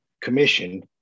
commission